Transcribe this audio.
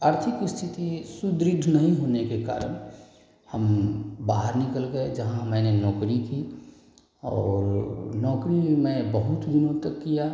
आर्थिक स्थिति सुदृढ़ नहीं होने के कारण हम बाहर निकल गए जहाँ मैंने नौकरी की और नौकरी मैंने बहुत दिनों तक की